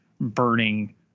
burning